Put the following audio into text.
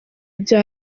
ibyo